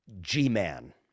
G-Man